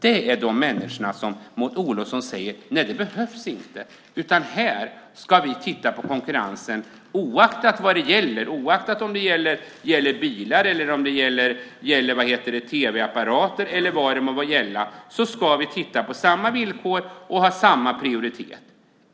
Det är till de människorna som Maud Olofsson säger att någon livsmedelsdelegation inte behövs utan att man ska titta på konkurrensen oaktat om det gäller bilar, tv-apparater eller vad det nu kan vara, med samma villkor för allt och med samma prioritet.